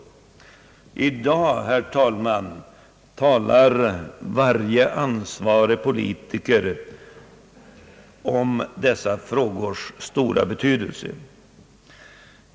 I dag, herr talman, talar varje ansvarig politiker om dessa frågors stora betydelse.